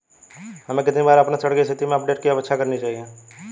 हमें कितनी बार अपने ऋण की स्थिति पर अपडेट की अपेक्षा करनी चाहिए?